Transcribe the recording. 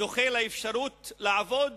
זוכה לאפשרות לעבוד